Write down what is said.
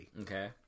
Okay